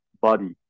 body